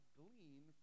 glean